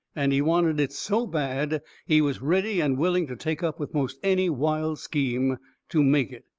and he wanted it so bad he was ready and willing to take up with most any wild scheme to make it.